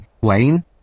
Wayne